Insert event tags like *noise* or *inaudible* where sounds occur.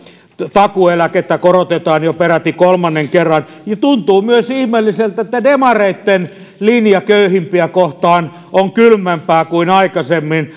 takuueläkettä korotetaan jo peräti kolmannen kerran tuntuu myös ihmeelliseltä että demareitten linja köyhimpiä kohtaan on kylmempää kuin aikaisemmin *unintelligible*